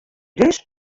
dus